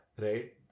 Right